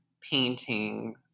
painting